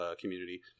community